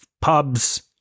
pubs